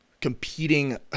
competing